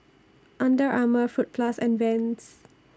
Under Armour Fruit Plus and Vans